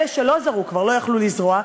אלה שלא זרעו כבר לא יכלו לזרוע,